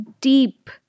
deep